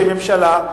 כממשלה,